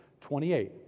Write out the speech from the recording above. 28